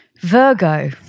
virgo